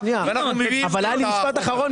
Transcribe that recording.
אבל היה לי משפט אחרון,